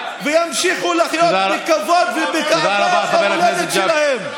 וימשיכו לחיות בכבוד ובגאווה במולדת שלהם.